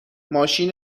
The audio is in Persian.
ماشین